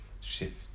shift